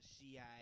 CIA